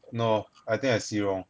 no I think I see wrong